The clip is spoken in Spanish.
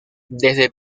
desde